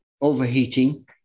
overheating